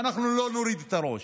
ואנחנו לא נוריד את הראש,